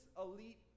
elite